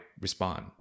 respond